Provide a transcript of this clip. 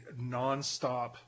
nonstop